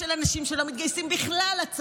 מה הוא יגיד לעצמו?